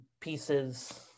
pieces